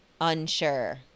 unsure